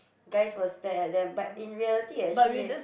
guys will stare at them but in reality it actually